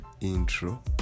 intro